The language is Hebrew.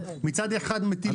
מצד אחד אתם מטילים מגבלות,